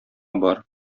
бар